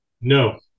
No